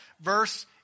verse